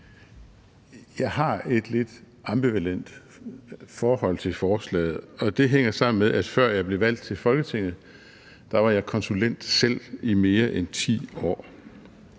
Jeg har et lidt ambivalent forhold til forslaget, og det hænger sammen med, at før jeg blev valgt til Folketinget, var jeg selv konsulent i mere end 10 år.